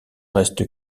reste